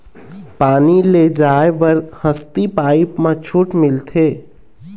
पानी ले जाय बर हसती पाइप मा छूट मिलथे?